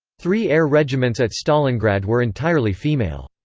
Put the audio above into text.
three air regiments at stalingrad were entirely female.